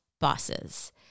bosses